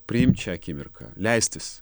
priimt šią akimirką leistis